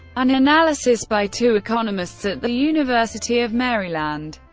an analysis by two economists at the university of maryland,